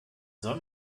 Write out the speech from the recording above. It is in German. soll